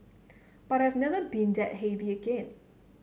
but I have never been that heavy again